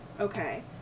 Okay